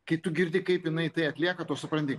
kai tu girdi kaip jinai tai atlieka tu supranti